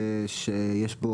שיש בו,